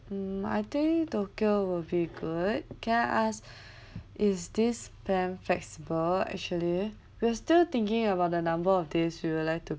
um I think tokyo will be good can I ask is this plan flexible actually we are still thinking about the number of days we would like to